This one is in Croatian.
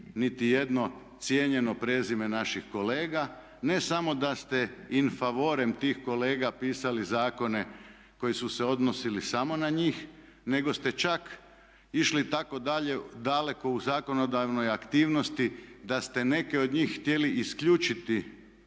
niti jedno cijenjeno prezime naših kolega. Ne samo da ste in favorem tih kolega pisali zakone koji su se odnosili samo na njih nego ste čak išli tako daleko u zakonodavnoj aktivnosti da ste neke od njih htjeli isključiti